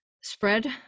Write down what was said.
spread